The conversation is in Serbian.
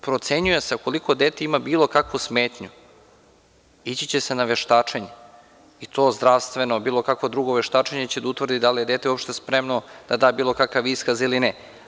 Procenjuje se ukoliko dete ima bilo kakvu smetnju, ići će se na veštačenje i to zdravstveno, bilo kakvo drugo veštačenje će da utvrdi da li je dete spremno da da bilo kakav iskaz ili ne.